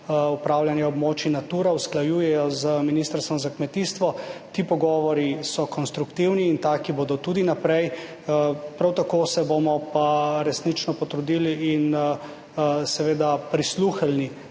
upravljanje območij Natura usklajujejo z Ministrstvom za kmetijstvo. Ti pogovori so konstruktivni in taki bodo tudi naprej. Prav tako se bomo pa resnično potrudili in seveda prisluhnili